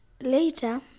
later